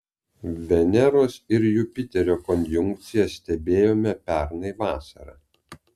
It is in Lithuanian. veneros ir jupiterio konjunkciją stebėjome pernai vasarą